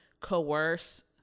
Coerce